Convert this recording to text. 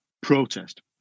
protest